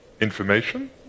Information